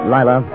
Lila